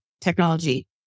technology